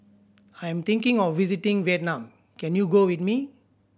I'm thinking of visiting Vietnam can you go with me